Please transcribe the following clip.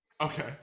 Okay